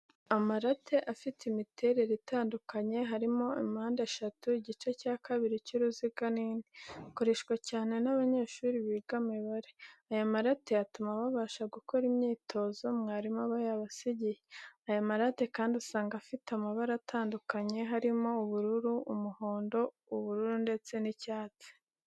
Amarate afite imiterere itandukanye, harimo mpande eshatu, igice cya kabiri cy'uruziga n'indi, akoreshwa cyane n'abanyeshuri biga imibare, aya marate atuma babasha gukora imyitozo mwarimu aba yabasigiye, aya marate kandi usanga afite amabara atandukanye, harimo ubururu, umuhondo, ubururu, ndetse n'icyatsi.